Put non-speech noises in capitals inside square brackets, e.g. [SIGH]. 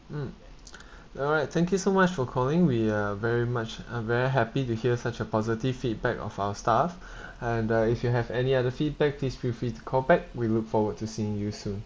mm [BREATH] alright thank you so much for calling we are very much uh very happy to hear such a positive feedback of our staff [BREATH] and uh if you have any other feedback please feel free to call back we look forward to seeing you soon